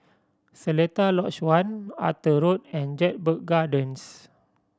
Seletar Lodge One Arthur Road and Jedburgh Gardens